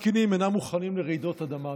אינם תקינים ואינם מוכנים לרעידות אדמה.